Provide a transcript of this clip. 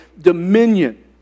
dominion